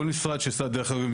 דרך אגב,